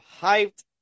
hyped